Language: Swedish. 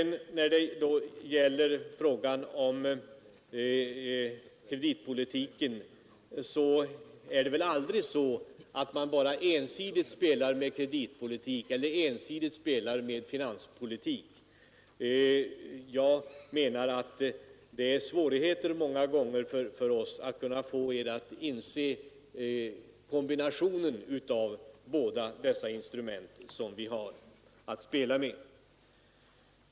När det gäller frågan om kreditpolitiken, herr Löfgren, spelar man väl aldrig ensidigt med kreditpolitik eller finanspolitik. Men det är många gånger svårt för oss att kunna få er att inse kombinationen av dessa båda instrument som vi har att spela med.